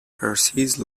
precise